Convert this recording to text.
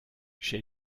chez